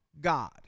God